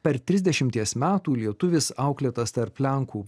per trisdešimties metų lietuvis auklėtas tarp lenkų